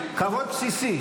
כבוד בסיסי.